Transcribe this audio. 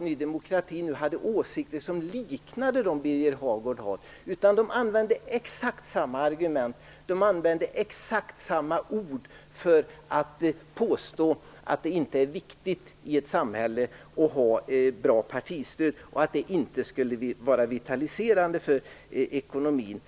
Ny demokrati bara hade åsikter som liknade dem som Birger Hagård har, utan de använde exakt samma argument, exakt samma ord när de påstod att det inte var viktigt i ett samhälle att ha ett bra partistöd och att det inte skulle vara vitaliserande för ekonomin.